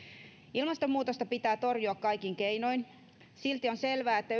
ilmastonmuutosta pitää torjua kaikin keinoin silti on selvää että